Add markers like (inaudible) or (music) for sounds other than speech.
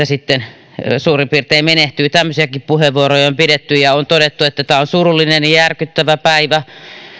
(unintelligible) sitten suurin piirtein menehtyy tämmöisiäkin puheenvuoroja on käytetty ja on todettu että tämä on surullinen ja järkyttävä päivä